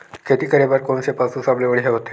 खेती करे बर कोन से पशु सबले बढ़िया होथे?